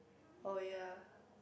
oh ya